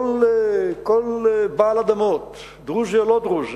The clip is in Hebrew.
כל בעל אדמות, דרוזי או לא דרוזי,